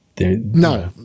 no